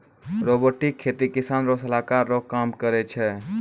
robotic खेती किसान रो सलाहकार रो काम करै छै